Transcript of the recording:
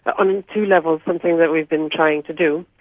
but on and two levels, something that we've been trying to do.